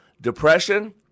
Depression